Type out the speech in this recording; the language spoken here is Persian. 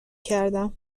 کردم